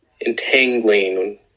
entangling